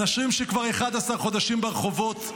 אנשים שכבר 11 חודשים ברחובות,